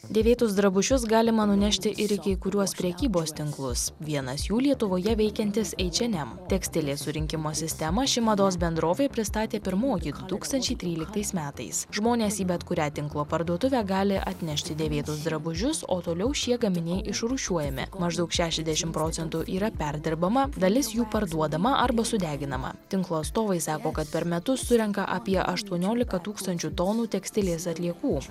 dėvėtus drabužius galima nunešti ir į kai kuriuos prekybos tinklus vienas jų lietuvoje veikiantis eičenem tekstilės surinkimo sistemą ši mados bendrovė pristatė pirmoji du tūkstančiai tryliktais metais žmonės į bet kurią tinklo parduotuvę gali atnešti dėvėtus drabužius o toliau šie gaminiai išrūšiuojami maždaug šešiasdešim procentų yra perdirbama dalis jų parduodama arba sudeginama tinklo atstovai sako kad per metus surenka apie aštuoniolika tūkstančių tonų tekstilės atliekų už